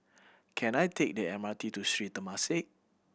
can I take the M R T to Sri Temasek